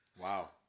Wow